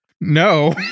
No